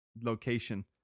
location